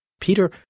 Peter